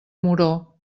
moró